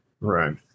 Right